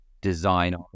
design